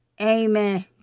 Amen